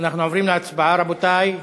אנחנו עוברים להצבעה, רבותי.